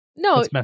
No